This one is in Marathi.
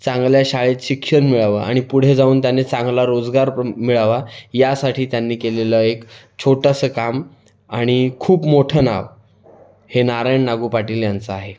चांगल्या शाळेत शिक्षण मिळावं आणि पुढे जाऊन त्याने चांगला रोजगार पण मिळावा यासाठी त्यांनी केलेला एक छोटंसं काम आणि खूप मोठं नाव हे नारायण नागू पाटील यांचं आहे